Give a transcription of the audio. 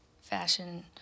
fashion